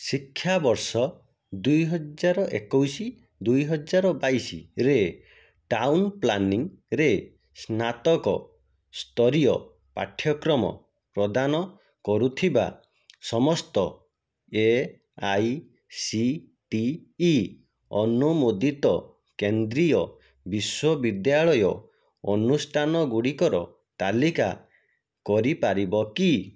ଶିକ୍ଷାବର୍ଷ ଦୁଇ ହଜାର ଏକୋଇଶି ଦୁଇ ହଜାର ବାଇଶିରେ ଟାଉନ୍ ପ୍ଲାନିଂରେ ସ୍ନାତକ ସ୍ତରୀୟ ପାଠ୍ୟକ୍ରମ ପ୍ରଦାନ କରୁଥିବା ସମସ୍ତ A I C T E ଅନୁମୋଦିତ କେନ୍ଦ୍ରୀୟ ବିଶ୍ୱବିଦ୍ୟାଳୟ ଅନୁଷ୍ଠାନ ଗୁଡ଼ିକର ତାଲିକା କରିପାରିବ କି